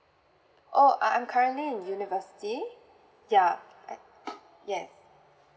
oh I am currently in university ya yes